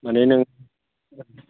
मानि नों